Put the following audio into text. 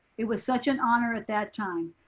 it was such an honor at that time.